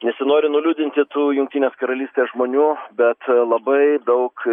nesinori nuliūdinti tų jungtinės karalystės žmonių bet labai daug